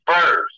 first